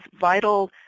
vital